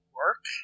work